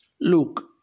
look